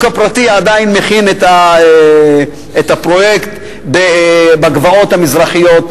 השוק הפרטי עדיין מכין את הפרויקט בגבעות המזרחיות,